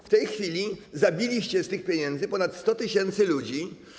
W tej chwili zabiliście z tych pieniędzy ponad 100 tys. ludzi.